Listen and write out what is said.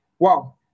Wow